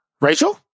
Rachel